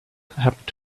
happened